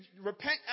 repent